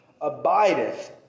abideth